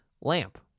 lamp